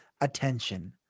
attention